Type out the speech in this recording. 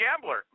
gambler